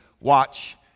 watch